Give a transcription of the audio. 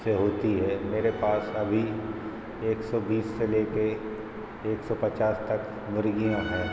से होती है मेरे पास अभी एक सौ बीस से लेके एक सौ पचास तक मुर्गियाँ हैं